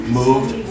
moved